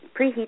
Preheat